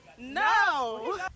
No